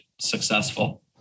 successful